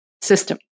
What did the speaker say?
system